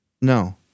No